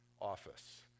office